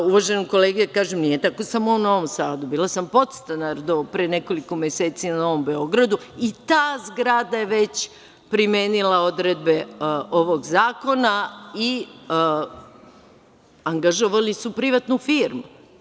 Uvaženom kolegi da kažem, nije tako samo u Novom Sadu, bila sam podstanar do pre nekoliko meseci na Novom Beogradu i ta zgrada je već primenila odredbe ovog zakona i angažovali su privatnu firmu.